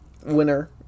winner